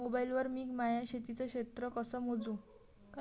Mobile वर मी माया शेतीचं क्षेत्र कस मोजू?